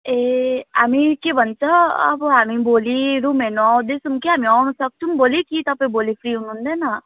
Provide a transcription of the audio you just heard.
ए हामी के भन्छ अब हामी भोलि रुम हेर्नु आउँदैछौँ कि हामी आउनु सक्छौँ भोलि कि तपाईँ भोलि फ्री हुनु हुँदैन